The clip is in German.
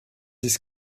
ist